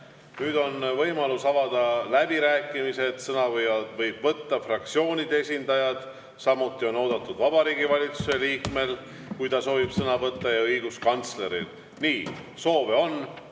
Nüüd on võimalus avada läbirääkimised, sõna võivad võtta fraktsioonide esindajad, samuti on oodatud kõnelema Vabariigi Valitsuse liikmed, kui keegi soovib sõna võtta, ja õiguskantsler. Soove on,